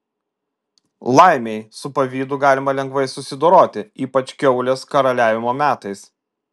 laimei su pavydu galima lengvai susidoroti ypač kiaulės karaliavimo metais